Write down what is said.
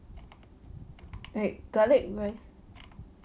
like garlic rice